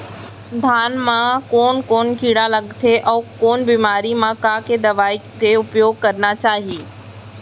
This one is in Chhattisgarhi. धान म कोन कोन कीड़ा लगथे अऊ कोन बेमारी म का दवई के उपयोग करना चाही?